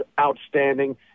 outstanding